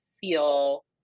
feel